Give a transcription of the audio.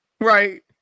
right